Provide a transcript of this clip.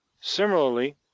Similarly